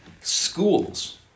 Schools